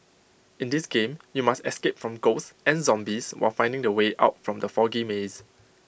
in this game you must escape from ghosts and zombies while finding the way out from the foggy maze